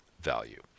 value